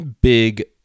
big